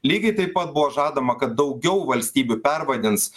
lygiai taip pat buvo žadama kad daugiau valstybių pervadins